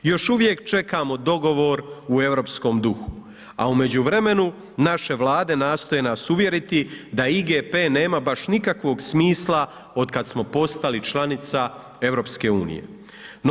Još uvijek čekamo dogovor u europskom duhu, a u međuvremenu naše vlade nastoje nas uvjeriti da IGP-e nema baš nikakvog smisla od kada smo postali članica Europske unije.